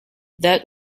that